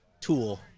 Tool